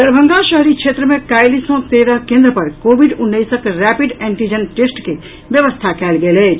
दरभंगा शहरी क्षेत्र मे काल्हि सँ तेरह केंद्र पर कोविड उन्नैसक रैपिड एंटीजन टेस्ट के व्यवस्था कयल गेल अछि